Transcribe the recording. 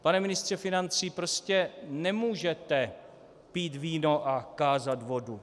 Pane ministře financí, prostě nemůžete pít víno a kázat vodu.